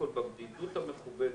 בבדידות המכוונת,